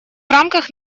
рамках